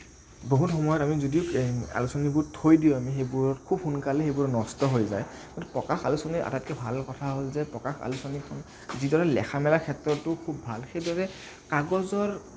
বহুত সময়ত যদিও আমি আলোচনীবোৰ থৈ দিও আমি সেইবোৰ খুব সোনকালে সেইবোৰ নষ্ট হৈ যায় কিন্তু প্ৰকাশ আলোচনীৰ আটাইতকৈ ভাল কথা হ'ল যে প্ৰকাশ আলোচনীখন যিজনে লেখা মেলাটো ক্ষেত্ৰতো খুব ভাল সেইদৰে কাগজৰ